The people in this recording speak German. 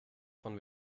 von